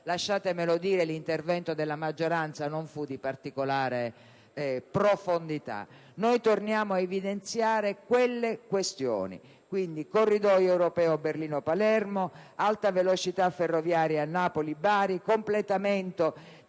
Lasciatemelo dire: l'intervento della maggioranza non fu di particolare profondità. Noi torniamo ad evidenziare quelle questioni: corridoio europeo Berlino-Palermo; Alta velocità ferroviaria Napoli-Bari; completamento della